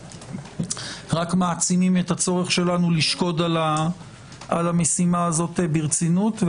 רק מעצימים את הצורך שלנו לשקוד על המשימה הזו ברצינות.